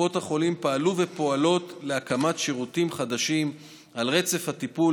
קופות החולים פעלו ופועלות להקמת שירותים חדשים על רצף הטיפול,